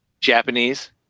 Japanese